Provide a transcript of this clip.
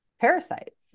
parasites